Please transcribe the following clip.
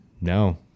No